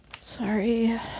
Sorry